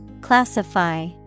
Classify